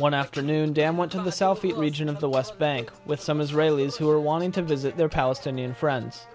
one afternoon dam went to the southeast region of the west bank with some israelis who are wanting to visit their palestinian friends